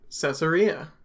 Caesarea